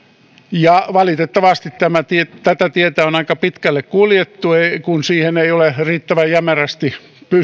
ja valitettavasti tätä tietä on aika pitkälle kuljettu kun siihen ei ole riittävän jämerästi